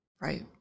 Right